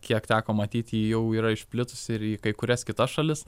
kiek teko matyti ji jau yra išplitusi ir į kai kurias kitas šalis